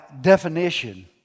definition